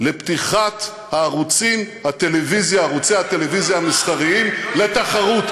על פתיחת ערוצי הטלוויזיה המסחריים לתחרות?